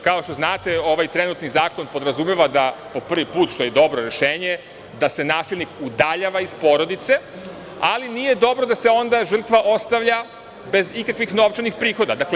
Kao što znate, ovaj trenutni zakon podrazumeva, prvi put, što je dobro rešenje, da se nasilnik udaljava iz porodice, ali nije dobro da se onda žrtva ostavlja bez ikakvih novčanih predloga.